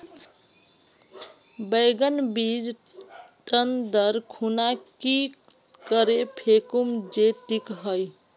बैगन बीज टन दर खुना की करे फेकुम जे टिक हाई?